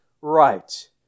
right